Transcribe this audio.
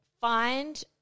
find